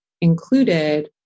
included